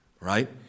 right